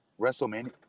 WrestleMania